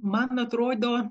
man atrodo